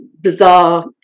bizarre